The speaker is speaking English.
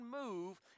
move